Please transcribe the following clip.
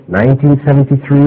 1973